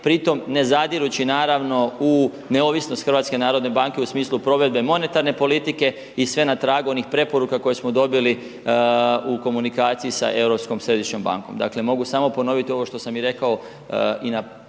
pri tome ne zadirući naravno u neovisnost HNB-a u smislu provedbe monetarne politike i sve na tragu onih preporuka koje smo dobili u komunikaciji sa Europskom središnjom bankom. Dakle mogu samo ponoviti ovo što sam i rekao i na neke